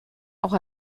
auch